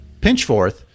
Pinchforth